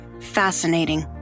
fascinating